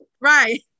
Right